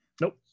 Nope